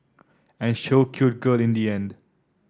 and show cute girl in the end